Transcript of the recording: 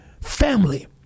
family